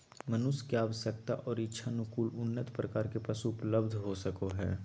मनुष्य के आवश्यकता और इच्छानुकूल उन्नत प्रकार के पशु उपलब्ध हो सको हइ